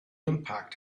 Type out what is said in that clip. impact